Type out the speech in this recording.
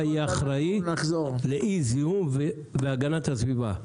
יהיה אחראי לאי זיהום ולהגנת הסביבה,